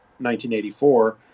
1984